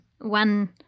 One